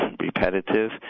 repetitive